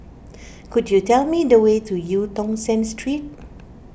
could you tell me the way to Eu Tong Sen Street